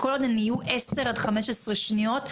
וכל עוד הן יהיו עשר או חמש עשרה שניות,